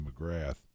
McGrath